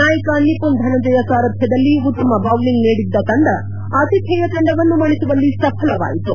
ನಾಯಕ ನಿಪುನ್ ಧನಂಜಯ ಸಾರಥ್ಯದಲ್ಲಿ ಉತ್ತಮ ಚೌಲಿಂಗ್ ನೀಡಿದ್ದ ತಂಡ ಆತಿಥೇಯ ತಂಡವನ್ನು ಮಣಿಸುವಲ್ಲಿ ಸಫಲವಾಯಿತು